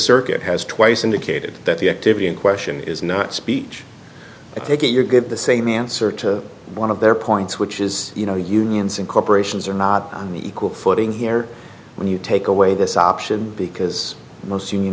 circuit has twice indicated that the activity in question is not speech i think that you're get the same answer to one of their points which is you know unions and corporations are not on the equal footing here when you take away this option because most union